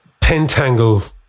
pentangle